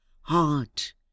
heart